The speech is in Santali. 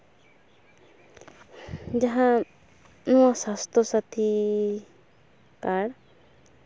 ᱡᱟᱦᱟᱸ ᱥᱟᱥᱛᱷᱚ ᱥᱟᱛᱷᱤ ᱠᱟᱨᱰ